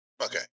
Okay